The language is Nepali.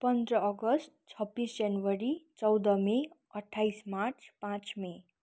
पन्ध्र अगस्त छब्बिस जनवरी चौध मे अट्ठाइस मार्च पाँच मे